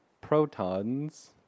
protons